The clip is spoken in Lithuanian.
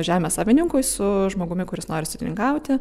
žemės savininkui su žmogumi kuris nori sodininkauti